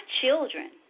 children